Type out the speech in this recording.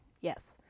Yes